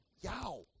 yow